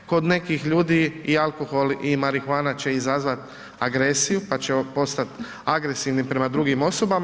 Kod nekih ljudi i alkohol i marihuana će izazvat agresiju, pa će postat agresivni prema drugim osobama.